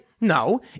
No